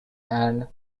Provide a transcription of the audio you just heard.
and